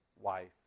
wife